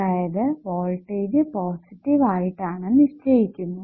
അതായത് voltage positive ആയിട്ടാണ് നിശ്ചയിച്ചിരിക്കുന്നത്